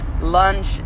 lunch